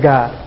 God